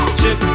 chip